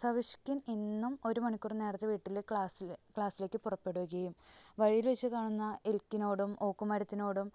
Savishkin എന്നും ഒരു മണിക്കൂർ നേരത്തെ വീട്ടില് ക്ലാസ്സിലേക്ക് പുറപ്പെടുകയും വഴിയില്വച്ച് കാണുന്ന എൽക്കിനോടും ഓക്കുമരത്തിനോടും